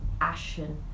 ashen